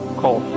call